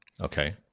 Okay